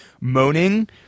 moaning